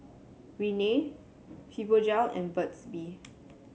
Rene Fibogel and Burt's Bee